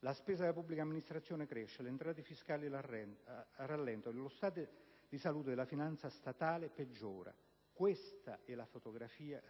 La spesa della pubblica amministrazione cresce, le entrate fiscali rallentano e lo stato di salute della finanza statale peggiora: questa è la reale fotografia